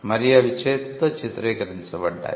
మరియు అవి చేతితో చిత్రీకరించబడ్డాయి